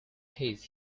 his